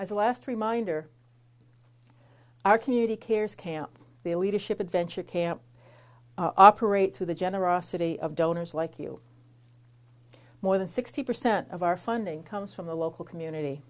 a last reminder our community cares camp the leadership adventure camp operate through the generosity of donors like you more than sixty percent of our funding comes from the local community